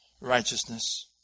righteousness